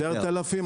10 אלפים,